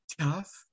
tough